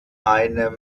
einem